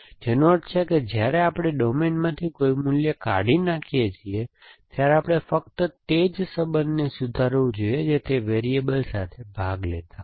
તેથી જેનો અર્થ છે કે જ્યારે આપણે ડોમેનમાંથી કોઈ મૂલ્ય કાઢી નાખીએ છીએ ત્યારે આપણે ફક્ત તે જ સંબંધોને સુધારવું જોઈએ જે તે વેરીએબલ સાથે ભાગ લેતા હોય